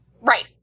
right